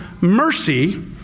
mercy